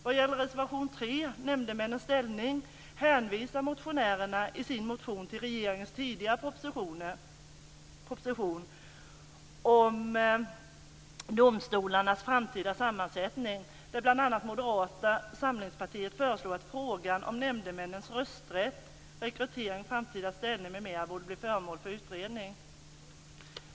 Vad gäller reservation 3, Nämndemännens ställning, hänvisar motionärerna i sin motion till regeringens tidigare proposition om domstolarnas framtida sammansättning där bl.a. Moderata samlingspartiet föreslog att frågan om nämndemännens rösträtt, rekrytering, framtida ställning m.m. borde bli föremål för utredning.